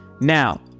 Now